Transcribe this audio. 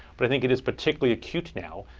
but i think it is particularly acute now,